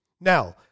Now